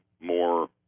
more